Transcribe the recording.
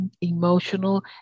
emotional